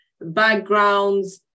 backgrounds